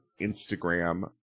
Instagram